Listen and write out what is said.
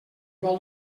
vol